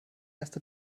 erste